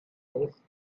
place